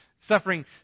Suffering